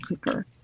cooker